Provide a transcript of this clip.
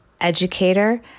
educator